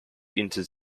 into